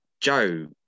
Joe